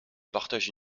partagent